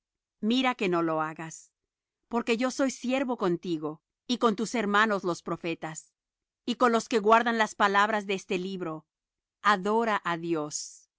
mira que no lo hagas porque yo soy siervo contigo y con tus hermanos los profetas y con los que guardan las palabras de este libro adora á dios